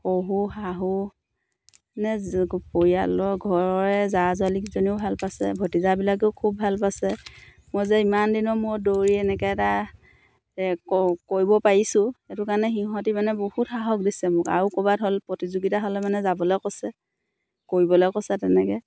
শহুৰ শাহু মানে পৰিয়ালৰ ঘৰৰে জা জুৱলিকেইজনীও ভাল পাইছে ভতিজাবিলাকেও খুব ভাল পাইছে মই যে ইমান দিনৰ মূৰত দৌৰি এনেকৈ এটা ক কৰিব পাৰিছোঁ সেইটো কাৰণে সিহঁতে মানে বহুত সাহস দিছে মোক আৰু ক'ৰবাত হ'ল প্ৰতিযোগীতা হ'লে মানে যাবলৈ কৈছে কৰিবলৈ কৈছে তেনেকৈ